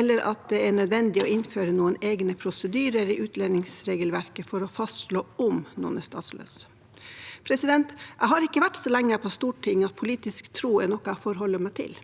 eller at det er nødvendig å innføre noen egne prosedyrer i utlendingsregelverket for å fastslå om noen er statsløse. Jeg har ikke vært så lenge her på Stortinget at politisk tro er noe jeg forholder meg til,